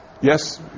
Yes